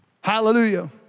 Hallelujah